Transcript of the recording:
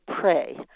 pray